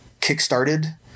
kickstarted